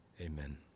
Amen